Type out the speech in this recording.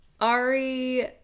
Ari